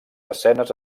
escenes